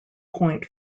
point